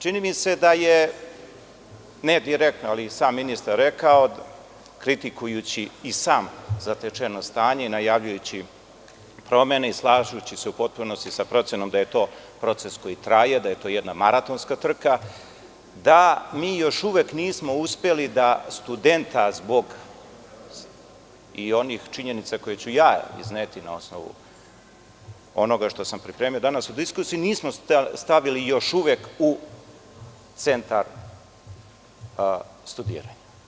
Čini mi se da je, ne direktno, ali sam ministar rekao kritikujući i sam zatečeno stanje, najavljujući promene i slažući se u potpunosti sa procenom da je to proces koji traje, da je to jedna maratonska trka, da mi još uvek nismo uspeli da studenta zbog, i onih činjenica koje ću ja izneti na osnovu onoga što sam pripremio danas u diskusiji, nismo stavili još uvek u centar studiranja.